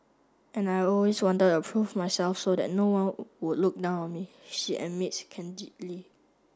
and I always wanted to prove myself so that no one would look down on me she admits candidly